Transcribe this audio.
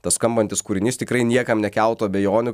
tas skambantis kūrinys tikrai niekam nekeltų abejonių